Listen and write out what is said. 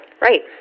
Right